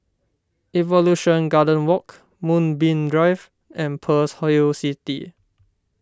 Evolution Garden Walk Moonbeam Drive and Pearl's Hill City